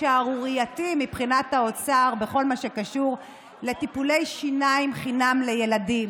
שערורייתי מבחינת האוצר בכל מה שקשור לטיפולי שיניים חינם לילדים.